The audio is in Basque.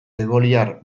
egoiliar